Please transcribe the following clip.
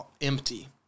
empty